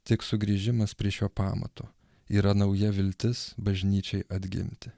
tik sugrįžimas prie šio pamato yra nauja viltis bažnyčiai atgimti